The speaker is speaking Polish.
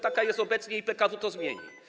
Taka jest obecnie i PKW to zmieni.